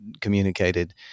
communicated